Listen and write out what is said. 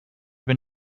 been